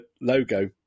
logo